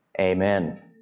Amen